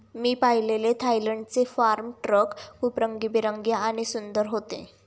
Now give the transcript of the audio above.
मी पाहिलेले थायलंडचे farm truck खूप रंगीबेरंगी आणि सुंदर होते